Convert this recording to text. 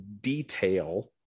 detail